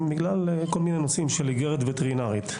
בגלל כל מיני נושאים של איגרת וטרינרית.